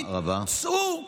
צאו מהאלם.